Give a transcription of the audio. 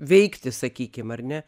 veikti sakykim ar ne